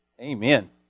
Amen